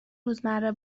روزمره